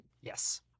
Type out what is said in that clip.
Yes